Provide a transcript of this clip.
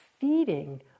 feeding